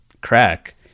crack